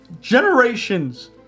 generations